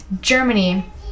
Germany